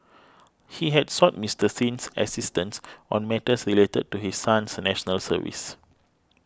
he had sought Mister Sin's assistance on matters related to his son's National Service